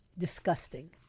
disgusting